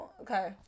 okay